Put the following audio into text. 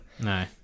No